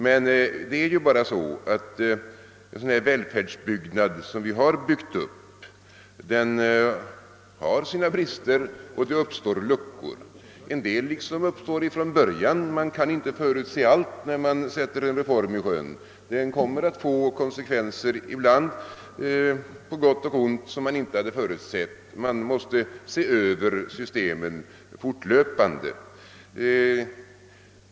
Men en välfärdsbyggnad sådan som den vi byggt upp har ju sina brister och det uppstår luckor. En del uppstår liksom från början — man kan inte förutse allt när man sätter en reform i verket. Reformen kommer att få konsekvenser på gott och ont som man inte hade förutsett; man måste se över systemen fortlöpande.